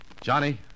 Johnny